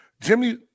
Jimmy